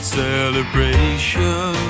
celebration